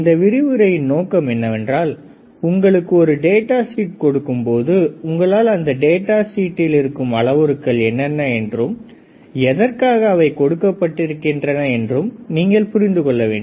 இந்த விரிவுரையின் நோக்கம் என்னவென்றால் உங்களுக்கு ஒரு டேட்டா ஷீட் கொடுக்கும்பொழுது உங்களால் அந்த டேட்டா ஷீட்டில் இருக்கும் அளவுருக்கள் என்னென்ன என்றும் எதற்காக அவை கொடுக்கப்பட்டிருக்கின்றன என்று நீங்கள் புரிந்து கொள்ள வேண்டும்